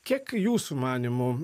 kiek jūsų manymu